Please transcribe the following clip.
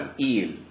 Eel